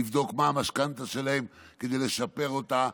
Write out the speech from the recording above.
לבדוק מה המשכנתה שלהם כדי לשפר אותה,